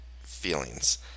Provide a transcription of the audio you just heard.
feelings